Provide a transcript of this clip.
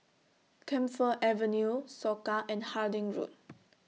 Camphor Avenue Soka and Harding Road